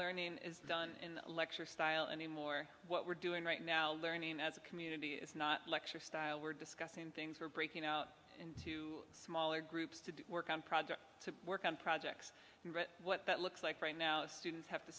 learning is done in a lecture style anymore what we're doing right now learning as a community is not lecture style we're discussing things we're breaking out into smaller groups to work on projects to work on projects and what that looks like right now students have to